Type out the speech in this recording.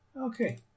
Okay